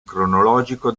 cronologico